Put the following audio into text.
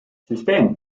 süsteem